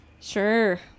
Sure